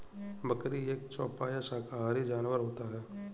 बकरी एक चौपाया शाकाहारी जानवर होता है